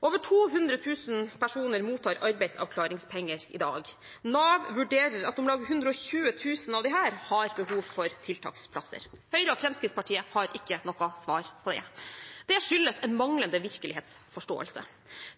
Over 200 000 personer mottar arbeidsavklaringspenger i dag. Nav vurderer det slik at om lag 120 000 av disse har behov for tiltaksplasser. Høyre og Fremskrittspartiet har ikke noe svar på det. Det skyldes en manglende virkelighetsforståelse.